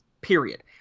period